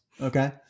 okay